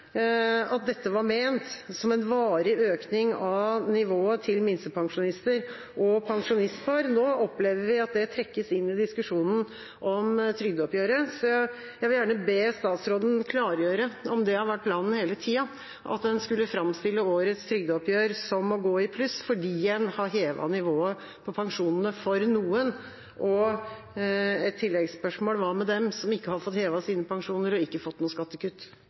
at dette var ment som en varig økning av nivået til minstepensjonister og pensjonistpar. Nå opplever vi at dette trekkes inn i diskusjonen om trygdeoppgjøret. Så jeg vil gjerne be statsråden klargjøre om det har vært planen hele tida at en skulle framstille årets trygdeoppgjør som å gå i pluss fordi en har hevet nivået på pensjonene for noen. Og et tilleggsspørsmål: Hva med dem som ikke har fått hevet sine pensjoner og ikke fått noe skattekutt?